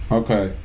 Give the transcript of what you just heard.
okay